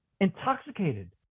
intoxicated